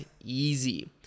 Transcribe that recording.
easy